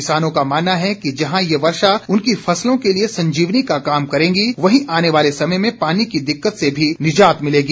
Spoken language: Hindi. किसानों का मानना है कि जहां ये वर्षा उनकी फसलों के लिए संजीवनी का काम करेगी वहीं आने वाले समय में पानी की दिक्कत से भी निजात मिलेगी